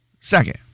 second